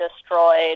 destroyed